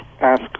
ask